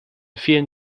vielen